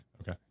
Okay